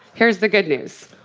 here's the good news.